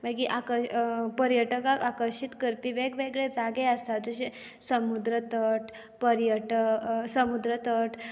मागीर आक पर्यटकांक आकर्शीत करपी वेग वेगळे जागे आसात जशें समुद्रतट पर्यट समुद्रतट